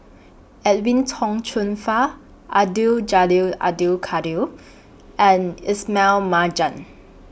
Edwin Tong Chun Fai Abdul Jalil Abdul Kadir and Ismail Marjan